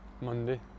Monday